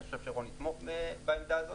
ואני חושב שרון יתמוך בעמדה הזו,